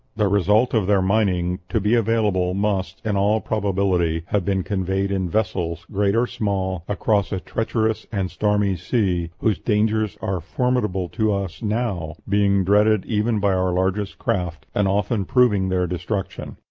the result of their mining, to be available, must, in all probability, have been conveyed in vessels, great or small, across a treacherous and stormy sea, whose dangers are formidable to us now, being dreaded even by our largest craft, and often proving their destruction.